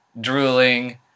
drooling